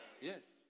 Yes